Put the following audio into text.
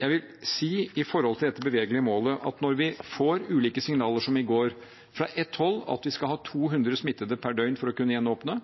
Jeg vil si når det gjelder dette bevegelige målet, at når vi får ulike signaler som i går, fra ett hold at vi skal ha 200 smittede per døgn for å kunne gjenåpne,